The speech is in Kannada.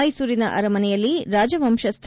ಮೈಸೂರಿನ ಅರಮನೆಯಲ್ಲಿ ರಾಜವಂಶಸ್ನ